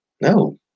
no